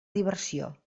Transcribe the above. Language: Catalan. diversió